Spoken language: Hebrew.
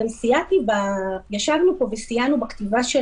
ישבנו פה וסייענו בכתיבה.